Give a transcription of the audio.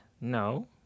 no